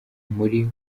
muri